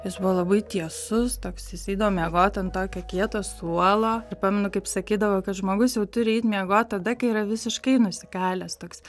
jis buvo labai tiesus toks jis eidavo miegot an tokio kieto suolo pamenu kaip sakydavo kad žmogus jau turi eiti miegoti tada kai yra visiškai nusikalęs toks